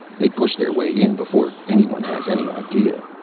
they push their way in before anyone has any idea.